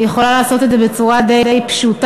היא יכולה לעשות את זה בצורה די פשוטה.